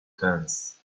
fence